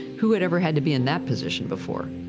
who had ever had to be in that position before?